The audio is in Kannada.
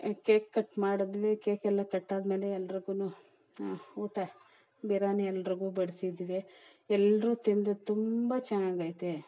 ಕೇಕ್ ಕಟ್ ಮಾಡಿದ್ವಿ ಕೇಕೆಲ್ಲ ಕಟ್ಟಾದಮೇಲೆ ಎಲ್ರುಗು ಊಟ ಬಿರ್ಯಾನಿ ಎಲ್ರಿಗು ಬಡಿಸಿದ್ವಿ ಎಲ್ಲರೂ ತಿಂದು ತುಂಬ ಚೆನ್ನಾಗೈತೆ